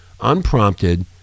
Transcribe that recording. unprompted